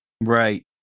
Right